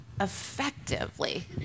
effectively